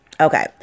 Okay